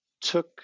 took